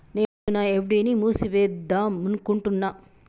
నేను నా ఎఫ్.డి ని మూసివేద్దాంనుకుంటున్న